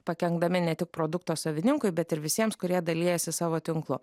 pakenkdami ne tik produkto savininkui bet ir visiems kurie dalijasi savo tinklu